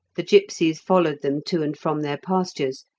the gipsies followed them to and from their pastures,